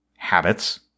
habits